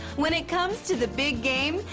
when it comes to the big game,